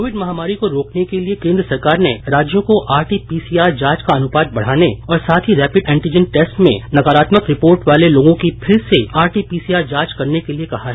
Covid महामारी को रोकने के लिए केन्द्र सरकार ने राज्यों को आरटी पीसीआर जांच का अनुपात बढ़ाने और साथ ही रैपिड एंटीजन टेस्ट में नकारात्मक रिपोर्ट वाले लोगों की फिर से आरटी पीसीआर जांच करने के लिए कहा है